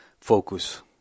focus